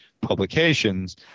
publications